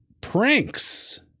Pranks